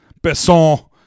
Besson